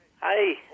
Hi